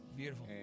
beautiful